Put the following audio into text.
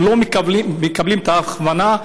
הם לא מקבלים את ההכוונה,